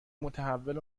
متحول